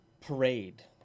parade